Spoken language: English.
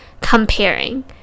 comparing